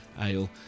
ale